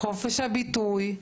חופש הביטוי,